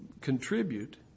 contribute